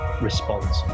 response